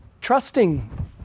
trusting